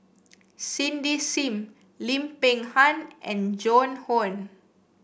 Cindy Sim Lim Peng Han and Joan Hon